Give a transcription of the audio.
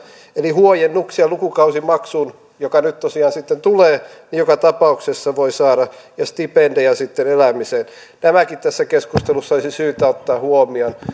eli huojennuksia lukukausimaksuun joka nyt tosiaan sitten tulee joka tapauksessa voi saada ja stipendejä sitten elämiseen tämäkin tässä keskustelussa olisi syytä ottaa huomioon